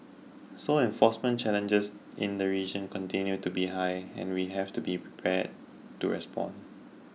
so enforcement challenges in the region continue to be high and we have to be prepared to respond